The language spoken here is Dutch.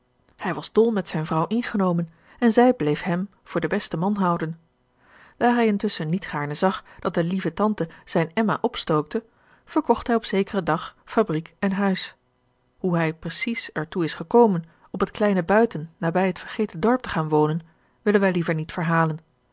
hij was dol met zijne vrouw ingenomen en zij bleef hem voor den besten man houden daar hij intusschen niet gaarne zag dat de lieve tante zijne emma opstookte verkocht hij op zekeren dag fabriek en huis hoe hij precies er toe is gekomen op het kleine buiten nabij het vergeten dorp te gaan wonen willen wij liever niet verhalen